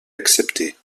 acceptée